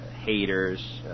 haters